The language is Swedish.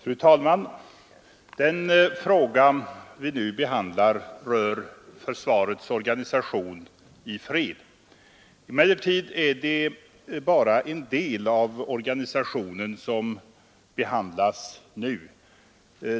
Fru talman! Den fråga vi nu behandlar rör försvarets organisation i fred. Emellertid är det bara en del av organisationen som nu behandlas.